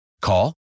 Call